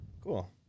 Cool